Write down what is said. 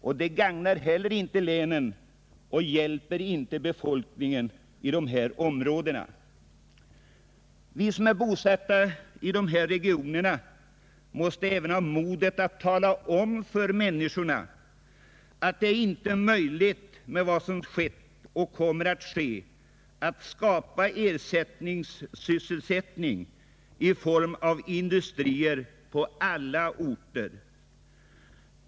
Inte heller detta gagnar länen eller hjälper befolkningen inom dessa områden. Vi som är bosatta i dessa regioner måste även ha modet att tala om för människorna, att det mot bakgrunden av vad som skett och kommer att ske inte är möjligt att på alla orter skapa ersättningssysselsättning i form av industrier.